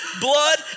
blood